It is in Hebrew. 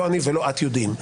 לא אני ולא את יודעים,